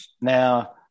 Now